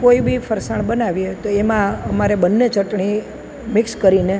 કોઈ બી ફરસાણ બનાવીએ તો એમાં અમારે બંને ચટણી મિક્સ કરીને